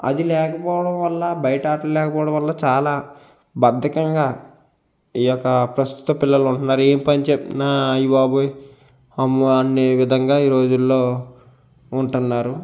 అది లేకపోవడం వల్ల బయట ఆటలు లేకపోవడం వల్ల చాలా బద్దకంగా ఈ యొక్క ప్రస్తుత పిల్లలు ఉంటున్నారు ఏం పని చెప్పిన అయ్యో బాబోయ్ అమ్మో అనే విధంగా ఈ రోజుల్లో ఉంటున్నారు